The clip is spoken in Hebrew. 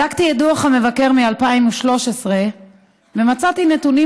בדקתי את דוח המבקר מ-2013 ומצאתי נתונים